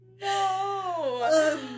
No